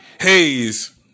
Haze